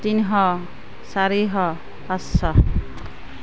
তিনিশ চাৰিশ পাঁচশ